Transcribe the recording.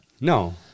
No